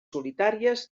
solitàries